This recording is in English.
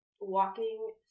walking